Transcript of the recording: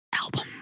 album